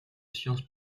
sciences